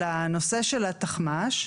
לנושא של התחמ"ש,